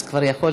אז כבר יכולתי,